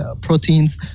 proteins